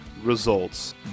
Results